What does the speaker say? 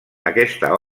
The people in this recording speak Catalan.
aquesta